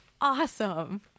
awesome